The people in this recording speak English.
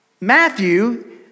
Matthew